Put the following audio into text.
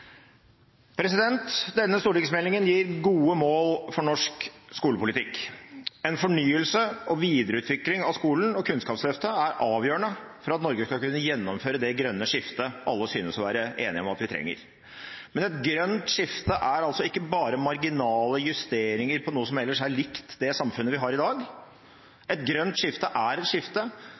Denne stortingsmeldingen gir gode mål for norsk skolepolitikk. En fornyelse og videreutvikling av skolen og Kunnskapsløftet er avgjørende for at Norge skal kunne gjennomføre det grønne skiftet alle synes å være enige om at vi trenger. Men et grønt skifte er ikke bare marginale justeringer av noe som ellers er likt det samfunnet vi har i dag. Et grønt skifte er et skifte